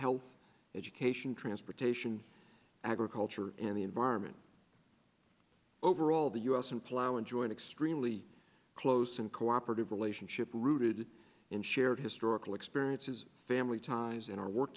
health education transportation agriculture and the environment overall the us and plough and join extremely close and cooperative relationship rooted in shared historical experiences family ties and our work